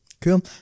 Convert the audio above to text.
Cool